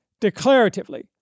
declaratively